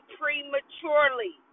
prematurely